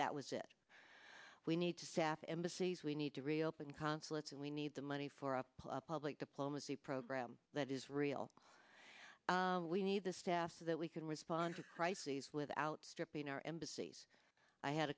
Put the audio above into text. that was it we need to staff embassies we need to reopen consulates and we need the money for a public diplomacy program that is real we need the staff so that we can respond to crises without stripping our embassies i had